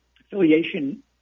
affiliation